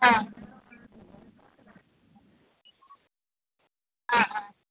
ಹಾಂ ಹಾಂ ಹಾಂ